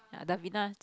ya Davina